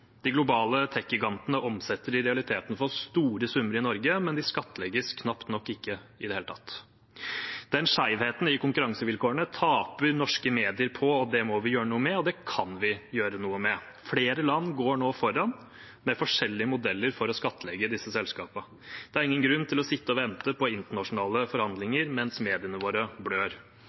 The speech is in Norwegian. De globale tekgigantene omsetter i realiteten for store summer i Norge, men de skattlegges knapt nok i det hele tatt. Den skjevheten i konkurransevilkårene taper norske medier på, og det må vi gjøre noe med, og det kan vi gjøre noe med. Flere land går nå foran med forskjellige modeller for å skattlegge disse selskapene. Det er ingen grunn til å sitte og vente på internasjonale forhandlinger mens mediene våre blør.